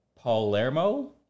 Palermo